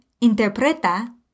interpreta